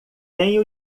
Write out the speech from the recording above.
têm